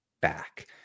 back